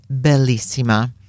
bellissima